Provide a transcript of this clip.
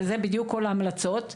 וזה בדיוק כול ההמלצות,